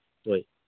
ꯍꯣꯏ